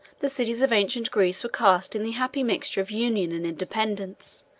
the cities of ancient greece were cast in the happy mixture of union and independence,